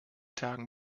tagen